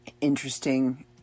Interesting